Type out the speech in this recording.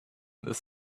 this